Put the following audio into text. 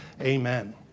Amen